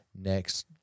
next